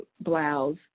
blouse